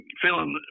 feeling